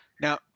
Now